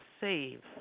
save